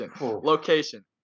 location